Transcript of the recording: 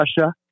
Russia